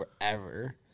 forever